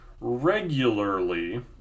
regularly